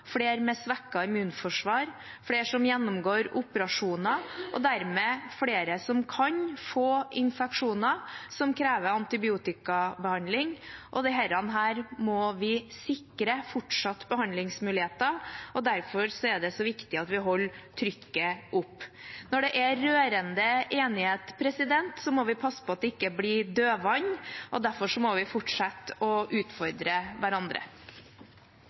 med svekket immunforsvar, flere som gjennomgår operasjoner, og dermed flere som kan få infeksjoner som krever antibiotikabehandling. Dette må vi sikre fortsatte behandlingsmuligheter for, og derfor er det så viktig at vi holder trykket oppe. Når det er rørende enighet, må vi passe på at det ikke blir dødvann, og derfor må vi fortsette å utfordre hverandre.